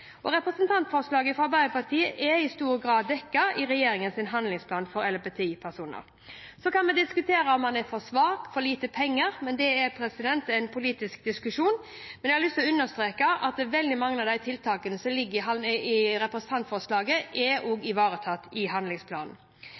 Representantforslaget fra Arbeiderpartiet er i stor grad dekket i regjeringens handlingsplan for LHBTI-personer. Så kan vi diskutere om den er for svak, og om det er for lite penger, men det er en politisk diskusjon. Jeg har lyst å understreke at veldig mange av de tiltakene som ligger i representantforslaget, er ivaretatt i regjeringens handlingsplan. Barne-, ungdoms- og